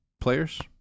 players